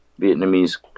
Vietnamese